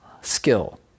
skill